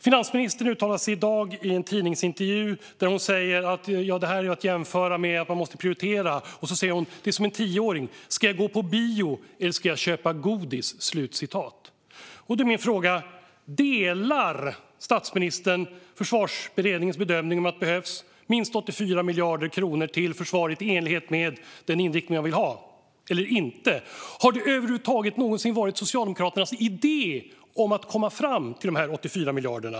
Finansministern uttalade sig i dag i en tidningsintervju, där hon säger att det handlar om att prioritera och att det är som en tioåring som frågar sig: "Ska jag gå på bio, eller ska jag köpa godis?" Då blir min fråga: Delar statsministern Försvarsberedningens bedömning om att det behövs minst 84 miljarder kronor till försvaret i enlighet med den inriktning man vill ha, eller inte? Har det över huvud taget någonsin varit Socialdemokraternas idé att komma fram till dessa 84 miljarder?